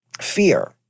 fear